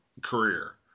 career